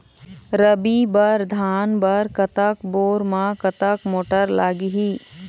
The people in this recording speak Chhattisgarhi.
रबी बर धान बर कतक बोर म कतक मोटर लागिही?